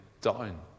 down